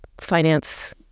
finance